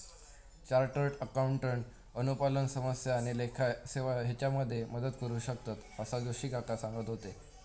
chartered accountant अनुपालन समस्या आणि लेखा सेवा हेच्यामध्ये मदत करू शकतंत, असा जोशी काका सांगत होते